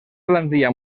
plantilla